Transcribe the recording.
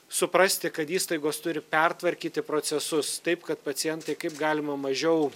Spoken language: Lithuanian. suprasti kad įstaigos turi pertvarkyti procesus taip kad pacientai kaip galima mažiau